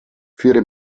führe